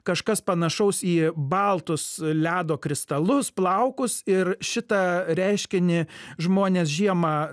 kažkas panašaus į baltus ledo kristalus plaukus ir šitą reiškinį žmonės žiemą